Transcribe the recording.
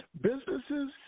businesses